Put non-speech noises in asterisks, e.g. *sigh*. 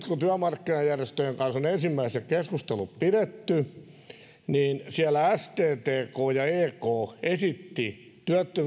*unintelligible* kun työmarkkinajärjestöjen kanssa on ensimmäiset keskustelut pidetty niin siellä sttk ja ek esittivät